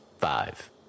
Five